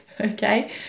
okay